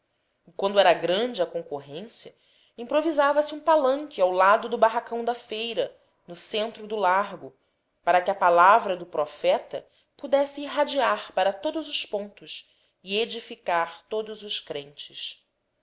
quando era grande a concorrência improvisava se um palanque ao lado do barracão da feira no centro do largo para que a palavra do profeta pudesse irradiar para todos os pontos e edificar todos os crentes